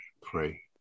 pray